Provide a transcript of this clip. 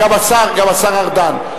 גם השר ארדן,